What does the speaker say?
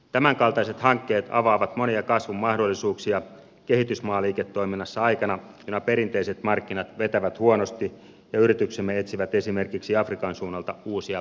tämänkaltaiset hankkeet avaavat monia kasvun mahdollisuuksia kehitysmaaliiketoiminnassa aikana jona perinteiset markkinat vetävät huonosti ja yrityksemme etsivät esimerkiksi afrikan suunnalta uusia kasvumahdollisuuksia